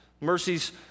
Mercies